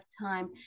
time